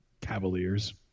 Cavaliers